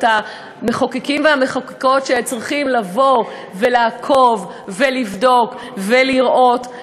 את המחוקקים והמחוקקות שצריכים לעקוב ולבדוק ולראות,